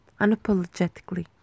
unapologetically